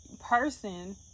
person